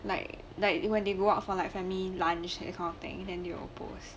like like when they go out for like family lunch that kind of thing then they will post